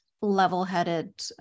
level-headed